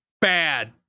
bad